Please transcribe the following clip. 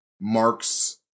Mark's